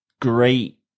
great